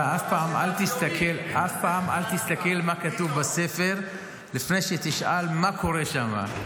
אתה אף פעם אל תסתכל מה כתוב בספר לפני שתשאל מה קורה שם.